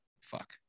fuck